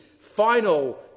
final